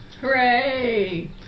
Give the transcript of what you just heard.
Hooray